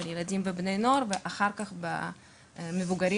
ילדים ובני נוער ואחר כך בקרב מבוגרים,